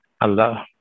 Allah